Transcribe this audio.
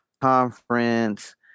conference